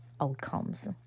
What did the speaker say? outcomes